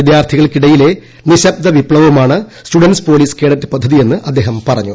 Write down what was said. വിദ്യാർത്ഥികൾക്കിടയിലെ നിശബ്ദ വിപ്തവമാണ് students police cadet പദ്ധതിയെന്ന് അദ്ദേഹം പറഞ്ഞു